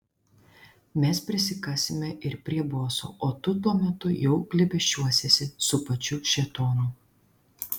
mes prisikasime ir prie boso o tu tuo metu jau glėbesčiuosiesi su pačiu šėtonu